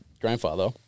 grandfather